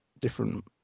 different